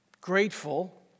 grateful